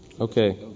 Okay